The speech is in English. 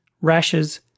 rashes